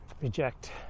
reject